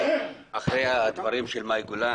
אחרי הדברים של מאי גולן,